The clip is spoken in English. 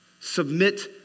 submit